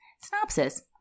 Synopsis